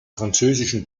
französischen